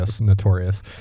notorious